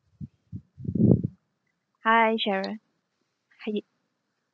hi sharon